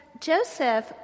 Joseph